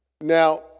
now